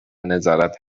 نظارت